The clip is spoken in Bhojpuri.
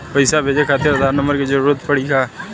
पैसे भेजे खातिर आधार नंबर के जरूरत पड़ी का?